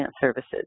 services